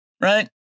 right